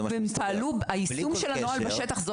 זה מה --- הבעיה היא יישום הנוהל בשטח.